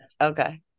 okay